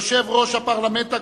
יושב-ראש הפרלמנט הקרואטי,